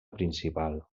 principal